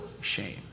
shame